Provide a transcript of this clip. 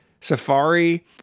Safari